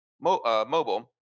mobile